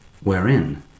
wherein